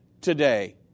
today